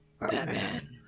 Batman